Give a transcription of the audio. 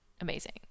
amazing